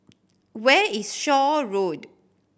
where is Shaw Road